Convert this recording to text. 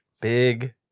big